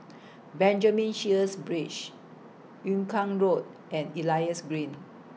Benjamin Sheares Bridge Yung Kuang Road and Elias Green